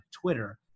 Twitter